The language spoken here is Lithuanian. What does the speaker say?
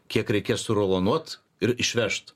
kiek reikės surulonuot ir išvežt